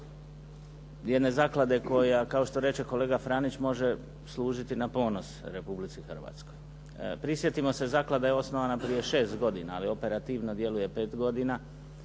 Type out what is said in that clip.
Jedne zaklade koja kao što reče kolega Franić može služiti na ponos Republici Hrvatskoj. Prisjetimo se zaklada je osnovana prije 6 godina, ali operativno djeluje 5 godina